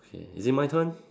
okay is it my turn